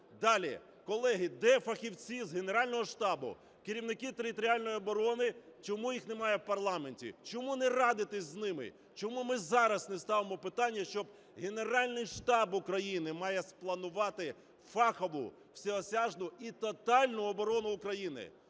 Далі. Колеги, де фахівці з Генерального штабу, керівники територіальної оборони, чому їх немає в парламенті? Чому не радитись з ними? Чому ми зараз не ставимо питання, що Генеральний штаб… України має спланувати фахову, всеосяжну і тотальну оборону України,